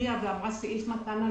שהקריאה לגבי סעיף מתן הלוואות,